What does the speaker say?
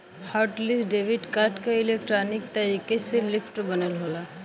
hot list debit card क electronic तरीके से लिस्ट बनल होला